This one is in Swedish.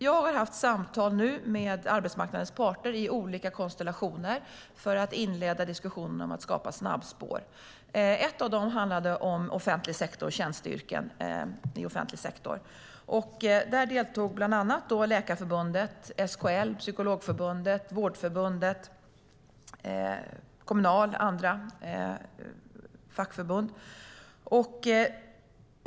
Jag har haft samtal med arbetsmarknadens parter i olika konstellationer för att inleda diskussionen om att skapa snabbspår. Ett av dessa handlade om offentlig sektor och tjänsteyrken i offentlig sektor. Där deltog bland andra Läkarförbundet, SKL, Psykologförbundet, Vårdförbundet, Kommunal och andra fackförbund.